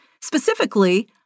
specifically